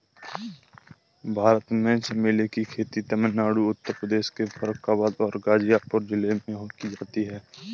भारत में चमेली की खेती तमिलनाडु उत्तर प्रदेश के फर्रुखाबाद और गाजीपुर जिलों में की जाती है